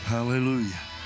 Hallelujah